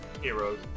heroes